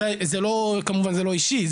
זה כמובן לא אישי,